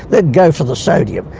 they'd go for the sodium,